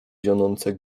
zionące